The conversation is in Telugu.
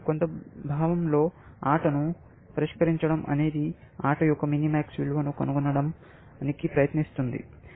కొంత భావం లో ఆటను పరిష్కరించడం అనేది ఆట యొక్క మినిమాక్స్ విలువ ను కనుగొనడానికి ప్రయత్నిస్తుంది